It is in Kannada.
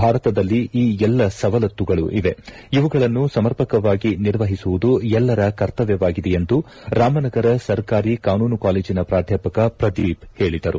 ಭಾರತದಲ್ಲಿ ಈ ಎಲ್ಲಿ ಸವಲತ್ತುಗಳು ಇವೆ ಇವುಗಳನ್ನು ಸಮರ್ಪಕವಾಗಿ ನಿರ್ವಹಿಸುವುದು ಎಲ್ಲರ ಕರ್ತವ್ಯವಾಗಿದೆ ಎಂದು ರಾಮನಗರ ಸರ್ಕಾರಿ ಕಾನೂನು ಕಾಲೇಜಿನ ಪ್ರಾಧ್ಯಾಪಕ ಪ್ರದೀಪ್ ಹೇಳಿದರು